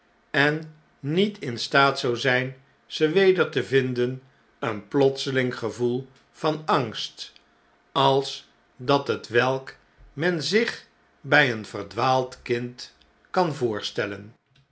en niet in staat zou zgn ze weder te vinden een plotseling gevoel van angst als dat hetwelk men zich bij een verdwaald kind kan voorstellen